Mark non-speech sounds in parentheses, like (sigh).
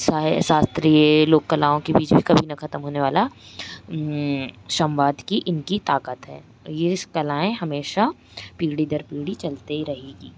सा यह शास्त्रीय लोक कलाओं के बीच में कभी ना ख़त्म होने वाला (unintelligible) सम्वाद की इनकी ताक़त है और ये इस कलाएँ हमेशा पीढ़ी दर पीढ़ी चलते ही रहेगी